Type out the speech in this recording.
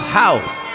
house